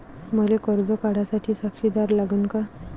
मले कर्ज काढा साठी साक्षीदार लागन का?